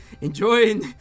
enjoying